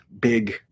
big